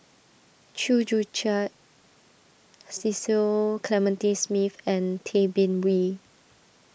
Chew Joo Chiat Cecil Clementi Smith and Tay Bin Wee